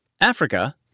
Africa